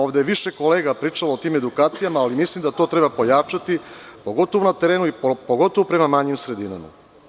Ovde je više kolega pričalo o tim edukacijama, ali mislim da to treba pojačati, pogotovo na terenu i pogotovo prema manjim sredinama.